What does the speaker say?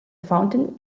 fountain